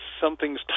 something's